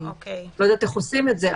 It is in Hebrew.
אני לא יודעת איך עושים את זה,